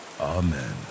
Amen